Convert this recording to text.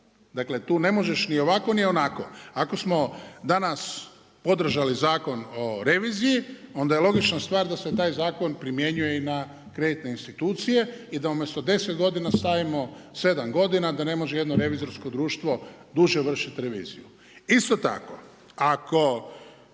dakle tu ne možeš ni ovako ni onako. Ako smo danas podržali Zakon o reviziji onda je logična stvar da se taj zakon primjenjuje i na kreditne institucije i da umjesto deset godina stavimo sedam godina da ne može jedno revizorsko društvo duže vršiti reviziju. Isto tako ako